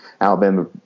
Alabama